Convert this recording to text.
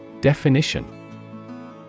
Definition